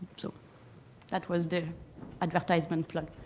so that was the advertisement plug.